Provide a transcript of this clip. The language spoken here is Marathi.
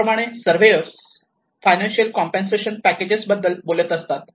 त्याचप्रमाणे सर्व्हेअर फायनान्शियल कॉम्पेनसेशन पॅकेजेस बद्दल बोलत असतात